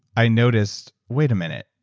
i noticed, wait a minute.